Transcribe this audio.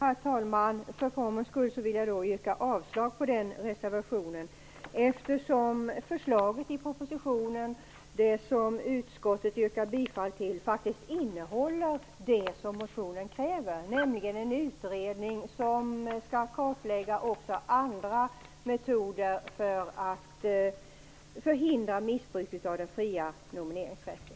Herr talman! För formens skull vill jag yrka avslag på Ny demokratis reservation, eftersom förslaget i propositionen och utskottets hemställan faktiskt tillgodoser kraven i motionen, nämligen att en utredning också skall kartlägga andra metoder för att förhindra missbruk av den fria nomineringsrätten.